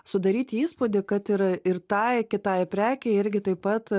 sudaryti įspūdį kad yra ir tai kitai prekei irgi taip pat